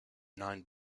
nine